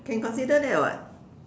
can consider that [what]